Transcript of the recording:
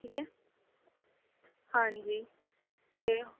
ਠੀਕ ਹੈ ਹਾਂਜੀ ਅਤੇ